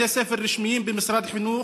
בתי ספר רשמיים של משרד החינוך,